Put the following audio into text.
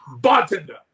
bartender